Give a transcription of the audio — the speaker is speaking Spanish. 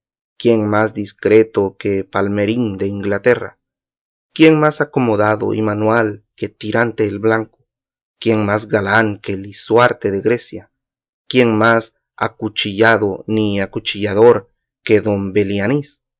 quién más discreto que palmerín de inglaterra quién más acomodado y manual que tirante el blanco quién más galán que lisuarte de grecia quién más acuchillado ni acuchillador que don belianís